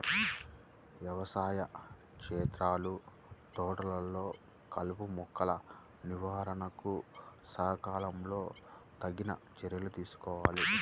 వ్యవసాయ క్షేత్రాలు, తోటలలో కలుపుమొక్కల నివారణకు సకాలంలో తగిన చర్యలు తీసుకోవాలి